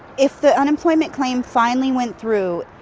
if the unemployment claim finally went through,